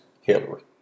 Hillary